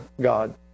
God